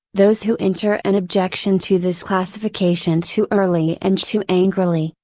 those who enter an objection to this classification too early and too angrily,